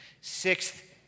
Sixth